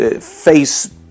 face